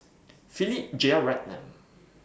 Philip Jeyaretnam